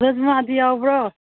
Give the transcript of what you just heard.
ꯔꯖꯃꯥꯗꯤ ꯌꯥꯎꯕ꯭ꯔꯣ